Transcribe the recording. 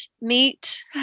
meat